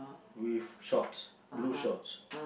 with shorts blue shorts